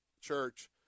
church